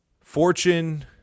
fortune